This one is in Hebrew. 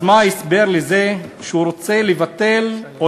אז מה ההסבר לזה שהוא רוצה לבטל או